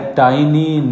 tiny